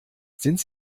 sind